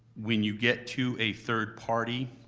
when you get to a third party,